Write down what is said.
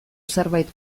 zerbait